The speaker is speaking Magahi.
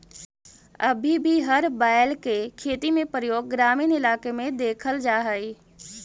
अभी भी हर बैल के खेती में प्रयोग ग्रामीण इलाक में देखल जा हई